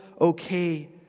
okay